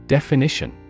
Definition